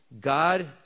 God